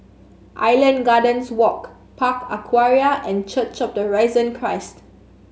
Island Gardens Walk Park Aquaria and Church of the Risen Christ